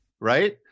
right